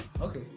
Okay